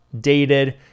dated